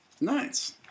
Nice